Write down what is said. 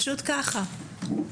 פשוט ככה.